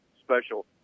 Special